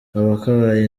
akabaye